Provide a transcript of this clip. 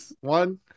One